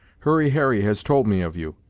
hurry harry has told me of you,